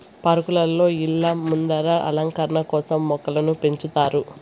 పార్కులలో, ఇళ్ళ ముందర అలంకరణ కోసం మొక్కలను పెంచుతారు